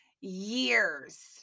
Years